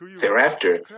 Thereafter